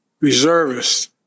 Reservists